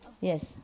Yes